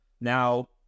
Now